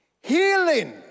healing